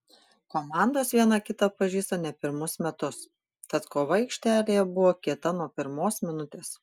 komandos viena kitą pažįsta ne pirmus metus tad kova aikštelėje buvo kieta nuo pirmos minutės